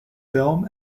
film